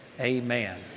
amen